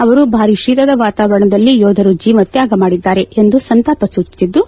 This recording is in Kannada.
ಅವರು ಭಾರೀ ಶೀತದ ವಾತಾವರಣದಲ್ಲಿ ಯೋಧರು ಜೀವ ತ್ವಾಗ ಮಾಡಿದ್ದಾರೆ ಎಂದು ಸಂತಾಪ ಸೂಚಿಸಿದ್ದು